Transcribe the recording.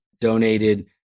donated